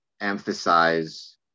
emphasize